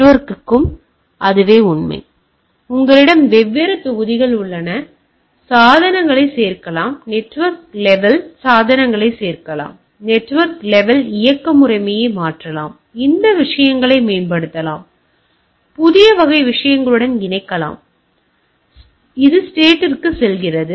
நெட்வொர்க்குக்கும் இதுவே உண்மை உங்களிடம் வெவ்வேறு தொகுதிகள் உள்ளன சாதனங்களைச் சேர்க்கலாம் நெட்வொர்க் லெவல் சாதனங்களைச் சேர்க்கலாம் நெட்வொர்க் லெவல் இயக்க முறைமையை மாற்றலாம் அந்த விஷயங்களை மேம்படுத்தலாம் புதிய வகை விஷயங்களுடன் இணைக்கலாம் மேலும் அது ஸ்டேட்ற்குச் செல்கிறது